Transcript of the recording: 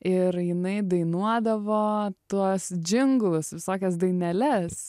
ir jinai dainuodavo tuos džinglus visokias daineles